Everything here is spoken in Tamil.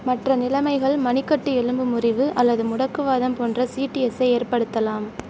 மற்ற நிலைமைகள் மணிக்கட்டு எலும்பு முறிவு அல்லது முடக்கு வாதம் போன்ற சிடிஎஸ் ஐ ஏற்படுத்தலாம்